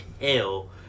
hell